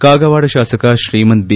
ಕಾಗವಾಡ ಶಾಸಕ ಶ್ರೀಮಂತ್ ಬಿ